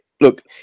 look